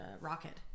rocket